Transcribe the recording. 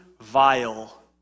vile